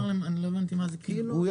גם אני לא הבנתי מה זה קינו.